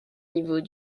niveaux